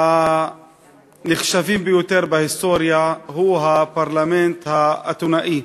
הנחשבים ביותר בהיסטוריה הוא הפרלמנט האתונאי.